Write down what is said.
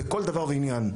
בכל דבר ועניין,